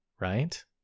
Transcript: right